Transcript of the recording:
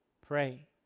Pray